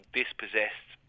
dispossessed